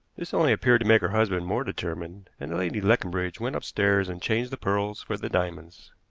this only appeared to make her husband more determined, and lady leconbridge went upstairs and changed the pearls for the diamonds.